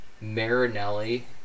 Marinelli